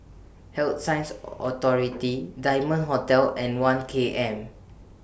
Health Sciences Authority Diamond Hotel and one K M